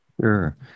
Sure